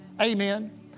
Amen